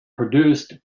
produced